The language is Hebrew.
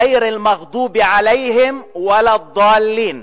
ע'יר אל-מע'צ'וב עליהם ולא א-צ'אלין,